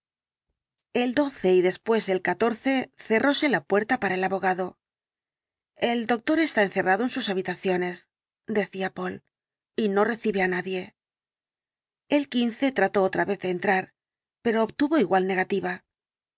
el doce y después el catorce el dr jekyll cerróse la puerta para el abogado el doctor está encerrado en sus habitaciones decía poole y no recibe á nadie el quince trató otra vez de entrar pero obtuvo igual negativa